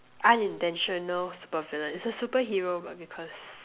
unintentional super villain it's a superhero but because